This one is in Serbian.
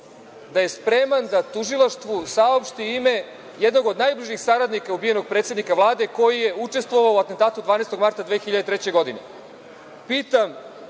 da je spreman da tužilaštvu saopšti ime jednog od najbližih saradnika ubijenog predsednika Vlade koji je učestvovao u atentatu 12. marta 2003. godine. Pitam